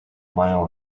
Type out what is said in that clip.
mile